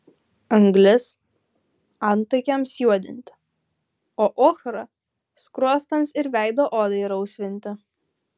anglis antakiams juodinti o ochra skruostams ir veido odai rausvinti